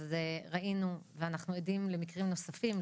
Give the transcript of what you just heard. אז ראינו ואנחנו עדים למקרים נוספים,